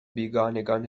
بیگانگان